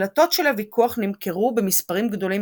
הקלטות של הוויכוח נמכרו במספרים גדולים